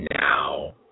now